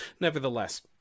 Nevertheless